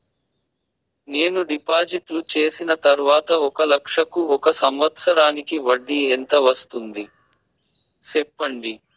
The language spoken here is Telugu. నేను డిపాజిట్లు చేసిన తర్వాత ఒక లక్ష కు ఒక సంవత్సరానికి వడ్డీ ఎంత వస్తుంది? సెప్పండి?